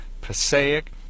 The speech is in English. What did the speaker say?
Passaic